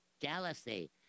jealousy